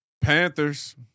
Panthers